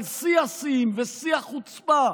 אבל שיא השיאים ושיא החוצפה,